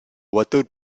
water